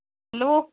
hello